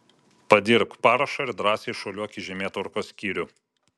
padirbk parašą ir drąsiai šuoliuok į žemėtvarkos skyrių